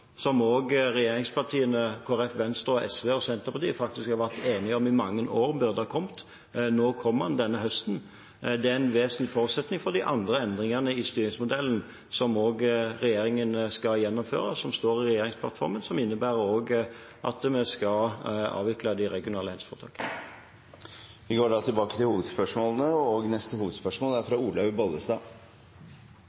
som også regjeringspartiene, Kristelig Folkeparti og Venstre – og faktisk SV og Senterpartiet – i mange år har vært enige om at burde kommet. Nå kommer den denne høsten. Det er en vesentlig forutsetning for de andre endringene i styringsmodellen som regjeringen også skal gjennomføre, som står i regjeringsplattformen, og som innebærer at vi også skal avvikle de regionale helseforetakene. Vi går til neste hovedspørsmål. Det er